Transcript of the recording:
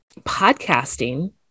Podcasting